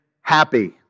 happy